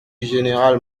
général